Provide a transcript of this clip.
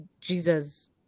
Jesus